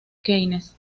keynes